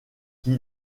qui